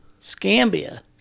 Scambia